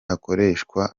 hakoreshwa